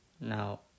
now